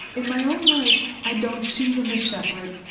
in my own life, i don't see them as separate.